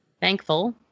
Thankful